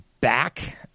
back